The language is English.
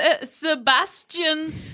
Sebastian